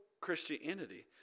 Christianity